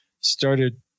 started